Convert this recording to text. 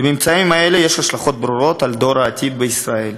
לממצאים האלה יש השלכות ברורות על דור העתיד בישראל,